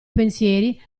pensieri